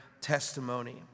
testimony